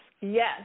Yes